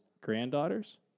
granddaughters